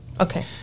Okay